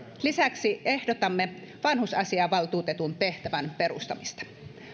lisäksi ehdotamme vanhusasiavaltuutetun tehtävän perustamista